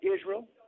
Israel